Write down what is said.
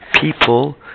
people